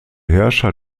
herrscher